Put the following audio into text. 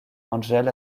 angel